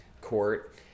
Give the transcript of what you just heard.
court